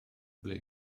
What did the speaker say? ble